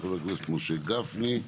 חבר הכנסת משה גפני.